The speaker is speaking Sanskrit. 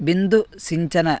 बिन्दुसिञ्चनम्